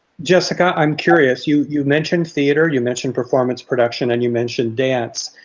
jessica. i'm curious, you you mentioned theater, you mentioned performance production, and you mentioned dance,